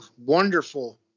Wonderful